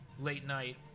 late-night